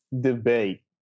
debate